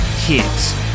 kids